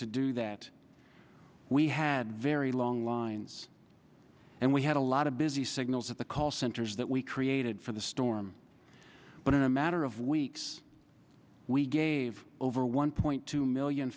to do that we had very long lines and we had a lot of busy signals at the call centers that we created for the storm but in a matter of weeks we gave over one point two million